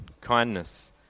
kindness